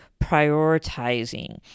prioritizing